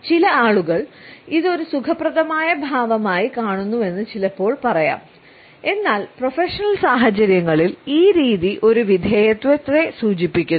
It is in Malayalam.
ചില ആളുകൾ ഇത് ഒരു സുഖപ്രദമായ ഭാവമായി കാണുന്നുവെന്ന് ചിലപ്പോൾ പറയാം എന്നാൽ പ്രൊഫഷണൽ സാഹചര്യങ്ങളിൽ ഈ രീതി ഒരു വിധേയത്വത്തെ സൂചിപ്പിക്കുന്നു